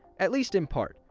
at least in part.